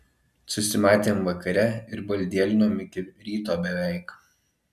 susimatėm vakare ir baldėlinom iki ryto beveik